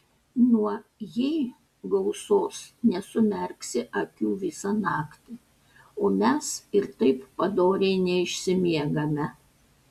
nuo jei gausos nesumerksi akių visą naktį o mes ir taip padoriai neišsimiegame